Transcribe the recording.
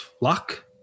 luck